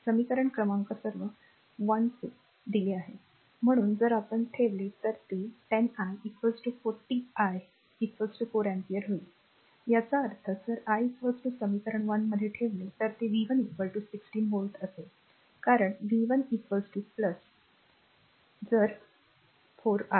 समीकरण क्रमांक सर्व 1 2 दिले आहेत म्हणून जर आपण ठेवले तर ते 10 i 40 r i 4 ampere होईल याचा अर्थ जर i समीकरण 1 मध्ये ठेवले तर ते v 1 16 व्होल्ट असेल कारण v 1 if r 4 i